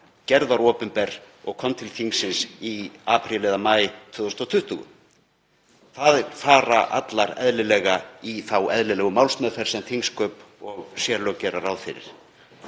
gerð var opinber og kom til þingsins í apríl eða maí 2020. Þær fara allar í þá eðlilegu málsmeðferð sem þingsköp og sérlög gera ráð fyrir.